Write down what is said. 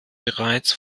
bereits